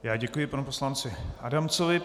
Já děkuji panu poslanci Adamcovi.